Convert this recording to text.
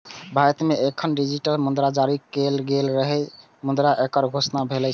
भारत मे एखन डिजिटल मुद्रा जारी नै कैल गेल छै, मुदा एकर घोषणा भेल छै